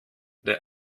der